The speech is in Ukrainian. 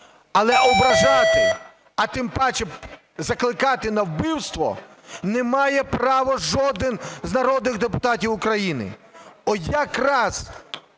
але ображати, а тим паче закликати на вбивство, не має права жоден з народних депутатів України. От якраз